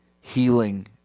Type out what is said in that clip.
healing